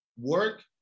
Work